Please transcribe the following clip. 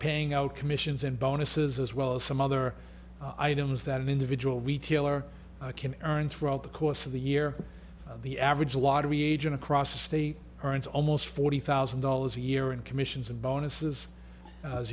paying out commissions and bonuses as well as some other items that an individual retailer can earn throughout the course of the year the average lottery agent across the state earns almost forty thousand dollars a year in commissions and bonuses as